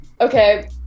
Okay